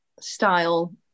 style